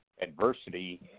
adversity